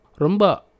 rumba